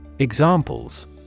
Examples